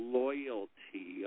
loyalty